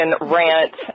rant